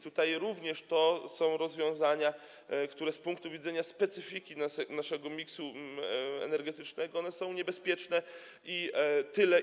Tutaj również są rozwiązania, które z punktu widzenia specyfiki naszego miksu energetycznego są niebezpieczne, i tyle.